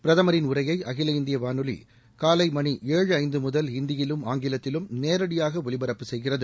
பிரதமரின் உரையை அகில இந்திய வானொலி காலை மணி ஏழு ஐந்து முதல் இந்தியிலும் ஆங்கிலத்திலும் நேரடியாக ஒலிப்பரப்பு செய்கிறது